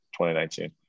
2019